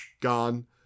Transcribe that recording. Gone